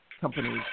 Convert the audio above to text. companies